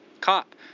cop